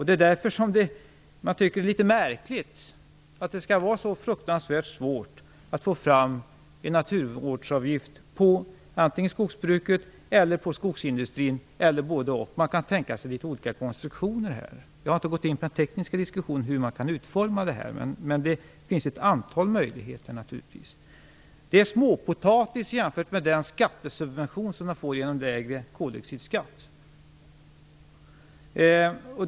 Det är litet märkligt att det skall vara så fruktansvärt svårt att få fram en naturvårdsavgift på antingen skogsbruket eller skogsindustrin eller både-och. Man kan tänka sig litet olika konstruktioner. Jag har inte gått in på den tekniska diskussionen om hur det kan utformas, men det finns ett antal möjligheter. Det är småpotatis jämfört med den skattesubvention som näringen får genom lägre koldioxidskatt.